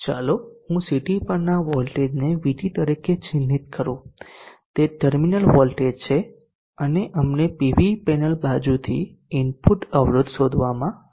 ચાલો હું CT પરના વોલ્ટેજને VT તરીકે ચિહ્નિત કરું તે ટર્મિનલ વોલ્ટેજ છે અને અમને પીવી પેનલ બાજુથી ઇનપુટ અવરોધ શોધવામાં રસ છે